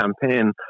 campaign